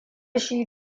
shi